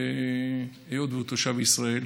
היות שהוא תושב ישראל,